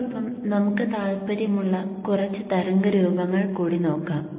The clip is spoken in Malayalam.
ഇതോടൊപ്പം നമുക്ക് താൽപ്പര്യമുള്ള കുറച്ച് തരംഗ രൂപങ്ങൾ കൂടി നോക്കാം